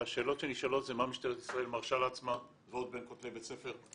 והשאלות שנשאלות זה מה משטרת ישראל מרשה לעצמה ועוד בין כותלי בית ספר.